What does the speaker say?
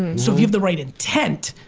so if you have the right intent,